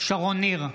שרון ניר,